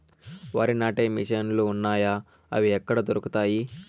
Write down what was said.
వరి నాటే మిషన్ ను లు వున్నాయా? అవి ఎక్కడ దొరుకుతాయి?